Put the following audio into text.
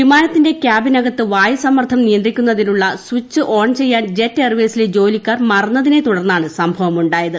വിമാനത്തിന്റെ ക്യാബിനകത്ത് വായുസമ്മർദ്ദം നിയന്ത്രിക്കുന്നതിനുള്ള സ്വിച്ച് ഓൺ ചെയ്യാൻ ജെറ്റ് എയർവേസിലെ ജോലിക്കാർ മറന്നതിനെ തുടർന്നാണ് സംഭവം ഉണ്ടായത്